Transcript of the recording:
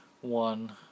one